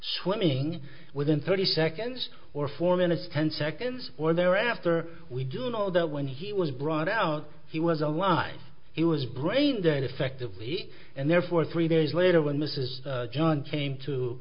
swimming within thirty seconds or four minutes ten seconds or thereafter we do know that when he was brought out he was alive he was brain dead effectively and therefore three days later when mrs john came to